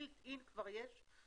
יש כבר באופן מובנה,